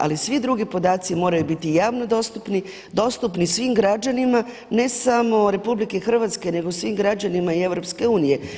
Ali svi dugi podaci moraju biti javno dostupni, dostupni svim građanima ne samo RH nego svim građanima i EU.